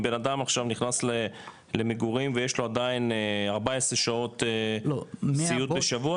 אם בנאדם עכשיו נכנס למגורים ויש לו עדיין 14 שעות סיעוד בשבוע,